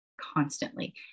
constantly